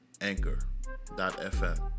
Anchor.fm